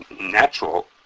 natural